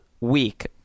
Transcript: week